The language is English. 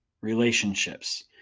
relationships